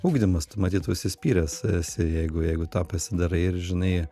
ugdymas tu matyt užsispyręs esi jeigu jeigu tą pasidarai ir žinai